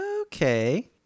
okay